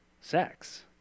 sex